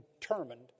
determined